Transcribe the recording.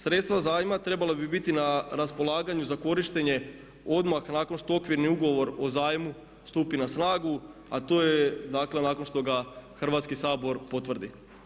Sredstva zajma trebala bi biti na raspolaganju za korištenje odmah nakon što Okvirni ugovor o zajmu stupi na snagu, a to je, dakle nakon što ga Hrvatski sabor potvrdi.